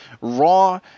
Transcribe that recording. Raw